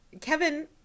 Kevin